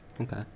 Okay